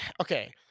Okay